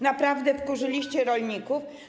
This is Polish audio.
Naprawdę wkurzyliście rolników.